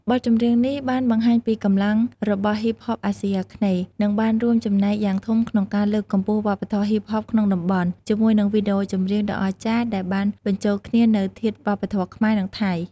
បទចម្រៀងនេះបានបង្ហាញពីកម្លាំងរបស់ហ៊ីបហបអាស៊ីអាគ្នេយ៍ និងបានរួមចំណែកយ៉ាងធំក្នុងការលើកកម្ពស់វប្បធម៌ហ៊ីបហបក្នុងតំបន់ ជាមួយនឹងវីដេអូចម្រៀងដ៏អស្ចារ្យដែលបានបញ្ចូលគ្នានូវធាតុវប្បធម៌ខ្មែរ និងថៃ។